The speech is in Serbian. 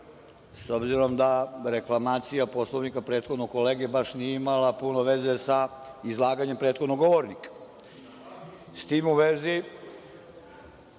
8.S obzirom da reklamacija Poslovnika prethodnog kolege baš nije imala puno veze sa izlaganjem prethodnog govornika, s tim u vezi